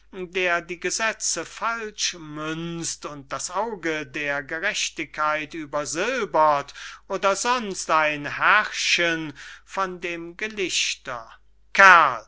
der die gesetze falschmünzt und das auge der gerechtigkeit übersilbert oder sonst ein herrchen von dem gelichter kerl